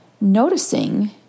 Noticing